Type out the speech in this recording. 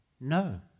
No